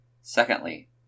Secondly